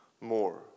more